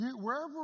wherever